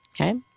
okay